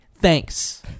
Thanks